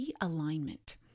realignment